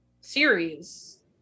series